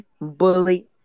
bully